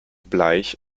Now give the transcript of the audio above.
bleich